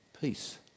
peace